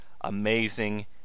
amazing